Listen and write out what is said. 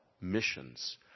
missions